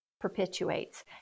perpetuates